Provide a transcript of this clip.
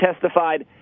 testified